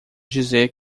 dizer